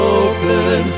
open